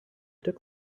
took